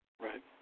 Right